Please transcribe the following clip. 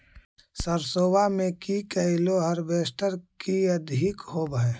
सरसोबा मे की कैलो हारबेसटर की अधिक होब है?